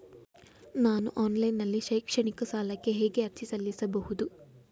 ನಾನು ಆನ್ಲೈನ್ ನಲ್ಲಿ ಶೈಕ್ಷಣಿಕ ಸಾಲಕ್ಕೆ ಹೇಗೆ ಅರ್ಜಿ ಸಲ್ಲಿಸಬಹುದು?